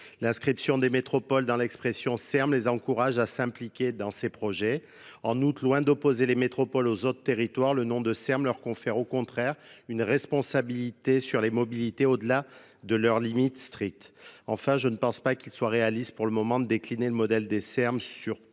l'inscription des métropoles dans l'expression erb les encouragent à s'impliquer dans ces projets En outre, loin d'opposer les métropoles aux autres territoires le nom de E M leur confère au contraire une responsabilité sur les mobilités au delà de leurs limites strictes. Enfin, je ne pense pas qu'il soit réaliste pour le moment de décliner le modèle de des sermur